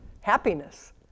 Happiness